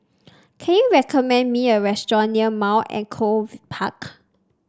can you recommend me a restaurant near Mount Echo Park